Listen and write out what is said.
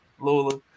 Lola